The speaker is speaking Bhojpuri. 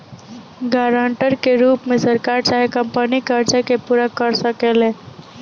गारंटर के रूप में सरकार चाहे कंपनी कर्जा के पूरा कर सकेले